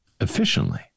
efficiently